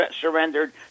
surrendered